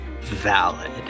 Valid